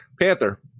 Panther